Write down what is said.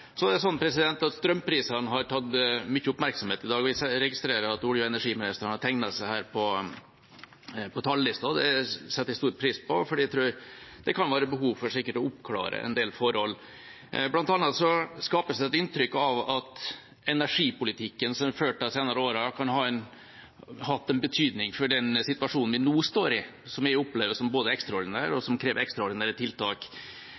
Så har strømprisene tatt mye oppmerksomhet i dag. Jeg registrerer at olje- og energiministeren har tegnet seg på talerlisten, og det setter jeg stor pris på, for det kan sikkert være behov for å oppklare en del forhold. Blant annet skapes det et inntrykk av at energipolitikken som har vært ført de senere årene, kan ha hatt en betydning for den situasjonen vi nå står i, som jeg opplever som ekstraordinær, og som krever ekstraordinære tiltak.